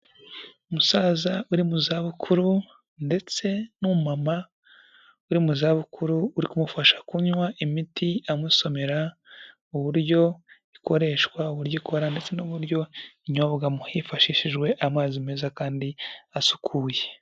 Musaza uri mu zabukuru, ndetse n'umumama uri mu zabukuru uri kumufasha kunywa imiti amusomera mu buryo ikoreshwa, uburyo ikora ndetse n'uburyo inyobwamo hifashishijwe amazi meza kandi asukuye.